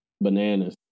bananas